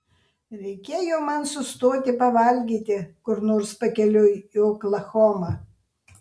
reikėjo man sustoti pavalgyti kur nors pakeliui į oklahomą